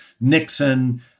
Nixon